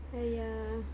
!haiya!